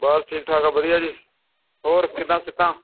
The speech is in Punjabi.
ਬਸ ਠੀਕ ਠਾਕ ਆ ਵਧੀਆ ਜੀ ਹੋਰ ਕਿੱਦਾਂ ਸਿਹਤ